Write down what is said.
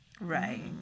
right